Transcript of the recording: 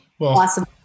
Awesome